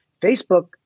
facebook